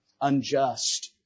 unjust